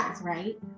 right